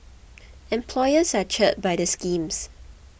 employers are cheered by the schemes